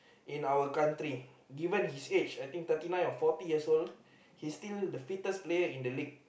in our country even his age I think thirty nine or forty years old he's still the fittest player in the league